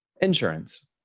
insurance